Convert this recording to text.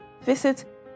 visit